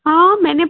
हाँ मैंने